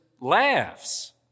laughs